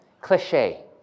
cliche